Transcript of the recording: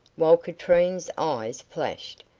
while katrine's eyes flashed,